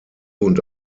und